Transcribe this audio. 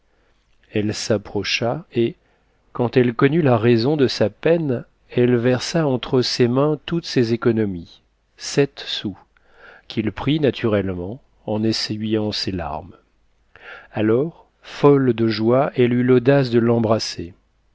elle s'approcha et quand elle connut la raison de sa peine elle versa entre ses mains toutes ses économies sept sous qu'il prit naturellement en essuyant ses larmes alors folle de joie elle eut l'audace de l'embrasser